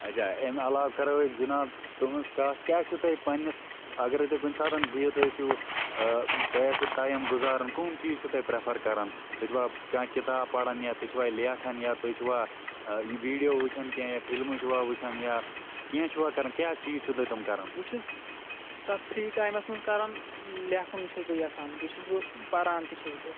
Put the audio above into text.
بہٕ چھُس تَتھ فِری ٹایمَس منٛز کَران لِکھُن چھُس بہٕ یژھان بیٚیہ چھُس بہٕ پَران تہِ چھُس بہٕ